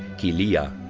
chilia!